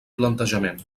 plantejament